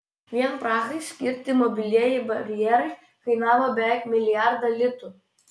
vien prahai skirti mobilieji barjerai kainavo beveik milijardą litų